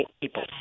people